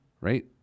Right